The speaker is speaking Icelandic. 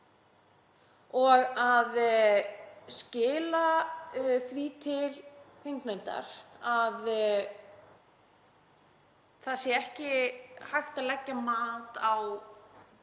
Að skila því til þingnefndar að það sé ekki hægt að leggja mat á